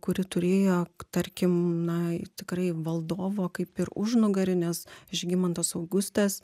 kuri turėjo tarkim na tikrai valdovo kaip ir užnugarį nes žygimantas augustas